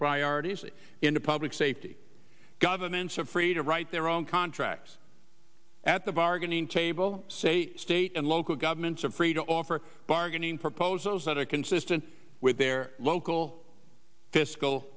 priorities into public safety governments are free to write their own contracts at the bargaining table say state and local governments are free to offer bargaining proposals that are consistent with their local fiscal